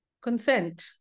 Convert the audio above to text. Consent